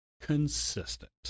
consistent